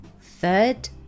third